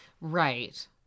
Right